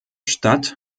stadt